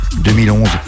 2011